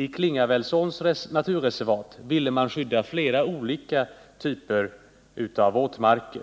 I Klingavälsåns naturreservat ville man skydda flera olika typer av våtmark.